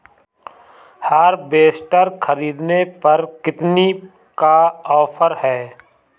Harvester ख़रीदने पर कितनी का ऑफर है?